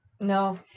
No